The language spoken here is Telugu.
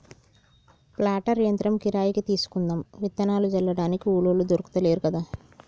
ప్లాంటర్ యంత్రం కిరాయికి తీసుకుందాం విత్తనాలు జల్లడానికి కూలోళ్లు దొర్కుతలేరు కదా